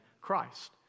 Christ